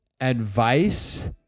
advice